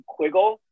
Quiggle